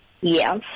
Yes